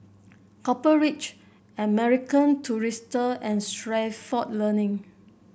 Copper Ridge American Tourister and Stalford Learning